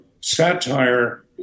Satire